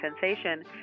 sensation